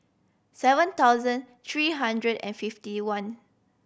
seven thousand three hundred and fifty one